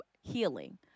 healing